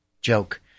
Joke